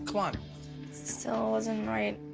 come on. it still wasn't right.